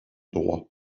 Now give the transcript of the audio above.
droit